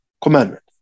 commandment